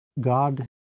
God